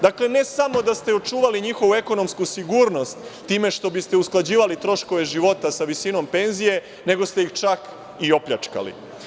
Dakle, ne samo da ste očuvali njihovu ekonomsku sigurnost time što biste usklađivali troškove života sa visinom penzije, nego ste ih čak i opljačkali.